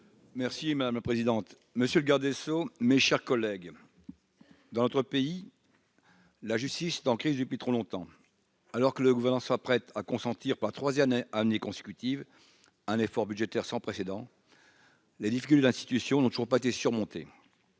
Merci madame la présidente, monsieur le garde des sceaux, mes chers collègues, dans notre pays, la justice, en crise depuis trop longtemps, alors que le gouvernement s'apprête à consentir pas 3ème amené consécutive un effort budgétaire sans précédent. Les difficultés d'institutions n'ont toujours pas été surmontée